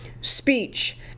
speech